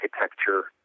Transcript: architecture